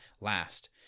last